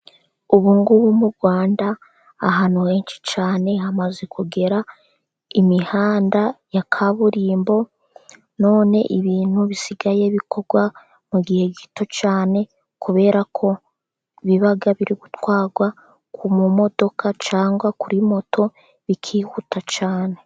Ubu ngubu mu Rwanda ahantu henshi cyane hamaze kugera imihanda ya kaburimbo, none ibintu bisigaye bikorwa mu gihe gito cyane, kubera ko biba biri gutwarwa mu modoka cyangwa se kuri moto, bikihuta cyane.